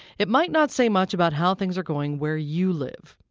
it might not say much about how things are going where you live.